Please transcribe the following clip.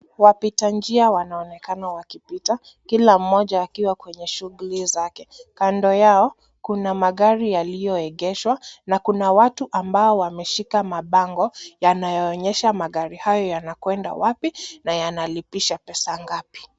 Wapita njia wanaonekana wakipita kila mmoja akiwa kwenye shughuli zake. Kando yao kuna magari yaliogeshwa na kuna watu ambao wameshika mabango yanayoonyesha magari hayo yanakwenda wapi na yanalipisha pesa gapi.